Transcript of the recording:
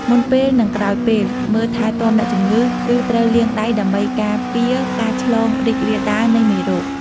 មុនពេល និងក្រោយពេល មើលថែទាំអ្នកជំងឺ គឺត្រូវលាងដៃដើម្បីការពារការឆ្លងរីករាលដាលនៃមេរោគ។